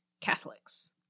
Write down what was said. Catholics